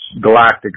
galactic